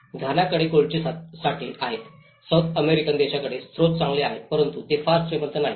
घानाकडे गोल्डचे साठे आहेतसौथ अमेरिकन देशांकडे स्त्रोत चांगला आहे परंतु ते फार श्रीमंत नाहीत